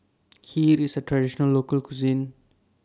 Kheer IS A Traditional Local Cuisine